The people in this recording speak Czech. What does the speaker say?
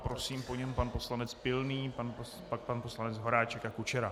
Prosím, po něm pan poslanec Pilný, pak pan poslanec Horáček a Kučera.